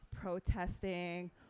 protesting